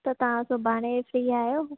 त तव्हां सुभाणे फ़्री आहियो